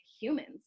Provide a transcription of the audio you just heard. humans